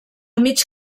mig